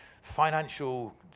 financial